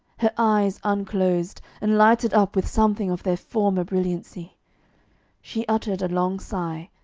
her eyes unclosed, and lighted up with something of their former brilliancy she uttered a long sigh,